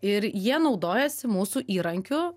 ir jie naudojasi mūsų įrankiu